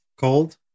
cold